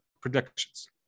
predictions